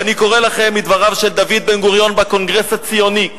ואני קורא לכם מדבריו של דוד בן-גוריון בקונגרס הציוני,